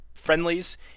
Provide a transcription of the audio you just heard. friendlies